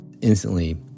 Instantly